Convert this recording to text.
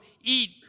eat